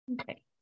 Okay